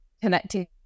connecting